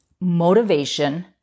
motivation